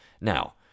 Now